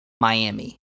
Miami